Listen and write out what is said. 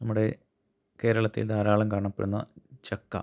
നമ്മുടെ കേരളത്തിൽ ധാരാളം കാണപ്പെടുന്ന ചക്ക